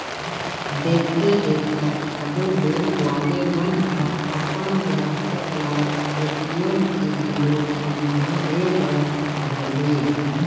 देखथे देखत सब्बो बेंक वाले मन ह अपन गराहक ल ए.टी.एम के घलोक सुबिधा दे बर धरलिस